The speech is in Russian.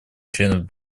членов